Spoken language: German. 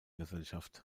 gesellschaft